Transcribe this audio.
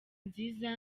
nziza